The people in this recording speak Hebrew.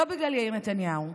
לא בגלל יאיר נתניהו.